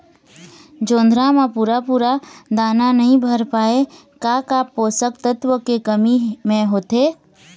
जोंधरा म पूरा पूरा दाना नई भर पाए का का पोषक तत्व के कमी मे होथे?